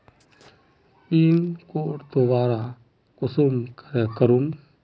Pin code दोबारा कुंसम करे करूम?